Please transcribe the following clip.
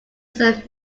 his